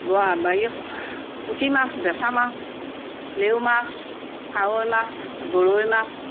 হেৰি পুঠি মাছ বেছা মাছ লেও মাছ কাৱৈ মাছ গৰৈ মাছ